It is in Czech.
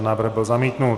Návrh byl zamítnut.